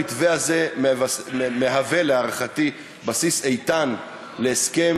המתווה הזה מהווה להערכתי בסיס איתן להסכם